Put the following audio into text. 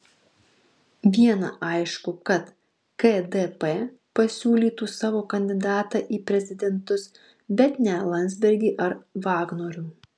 viena aišku kad kdp pasiūlytų savo kandidatą į prezidentus bet ne landsbergį ar vagnorių